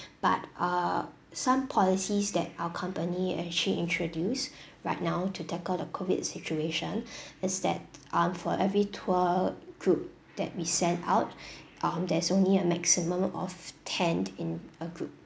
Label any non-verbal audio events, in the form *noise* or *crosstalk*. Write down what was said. but uh some policies that our company actually introduce right now to tackle the COVID situation *breath* is that um for every tour group that we sent out *breath* um there's only a maximum of ten in a group